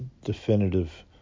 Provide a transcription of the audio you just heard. definitive